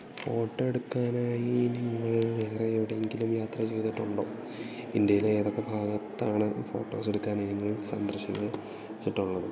photo എടുക്കാനായി നിങ്ങൾ വേറെ എവിടെ എങ്കിലും യാത്ര ചെയ്തിട്ടുണ്ടോ ഇന്ത്യയിലെ ഏതൊക്കെ ഭാഗത്താണ് ഫോട്ടോസ് എടുക്കാനായി നിങ്ങൾ സന്ദർശിച്ചിട്ടുള്ളത്